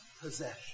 possession